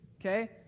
okay